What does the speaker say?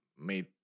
made